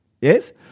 Yes